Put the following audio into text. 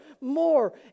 more